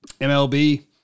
MLB